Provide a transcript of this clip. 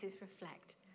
reflect